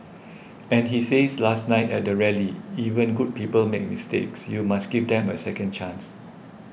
and he says last night at the rally even good people make mistakes you must give them a second chance